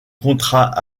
contrat